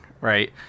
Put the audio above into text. right